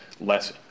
less